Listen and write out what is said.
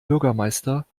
bürgermeister